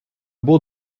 bourg